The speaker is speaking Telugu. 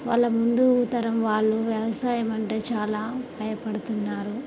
వాళ్ళ ముందు తరం వాళ్ళు వ్యవసాయం అంటే చాలా భయపడుతున్నారు